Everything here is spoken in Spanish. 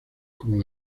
como